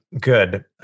good